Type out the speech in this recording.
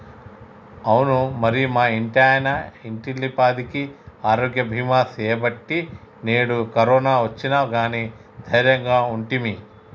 అవునా మరి మా ఇంటాయన ఇంటిల్లిపాదికి ఆరోగ్య బీమా సేయబట్టి నేడు కరోనా ఒచ్చిన గానీ దైర్యంగా ఉంటిమి